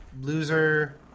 Loser